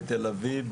בתל אביב,